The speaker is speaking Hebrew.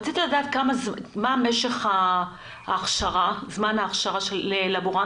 רציתי לדעת מה זמן ההכשרה של לבורנטים.